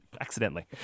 Accidentally